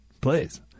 Please